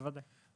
בוודאי.